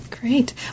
Great